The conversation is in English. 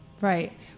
Right